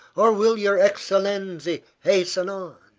or will your excellenzi hasten on?